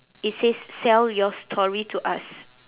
it says sell your story to us